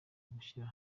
gushyira